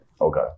Okay